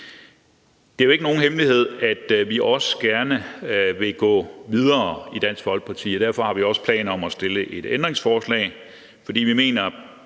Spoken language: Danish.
Det er jo ikke nogen hemmelighed, at vi også gerne vil gå videre i Dansk Folkeparti, og derfor har vi også planer om at stille et ændringsforslag, for vi mener